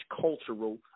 cultural